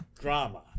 drama